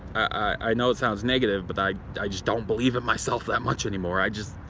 i know it sounds negative, but i i just don't believe in myself that much anymore. i just,